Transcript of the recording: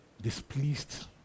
displeased